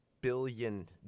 billion